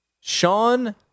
Sean